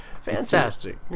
Fantastic